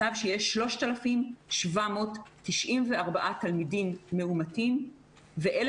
אבל עדיין אי אפשר להגיד על פי הנתונים שילדים קטנים לא מדביקים ולא